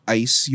ice